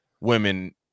women